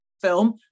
film